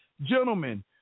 Gentlemen